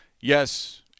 yes